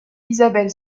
isabelle